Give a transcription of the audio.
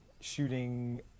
shooting